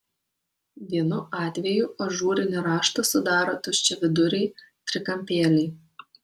vienu atvejų ažūrinį raštą sudaro tuščiaviduriai trikampėliai